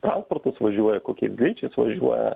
transportas važiuoja kokiais greičiais važiuoja